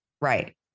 Right